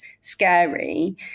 scary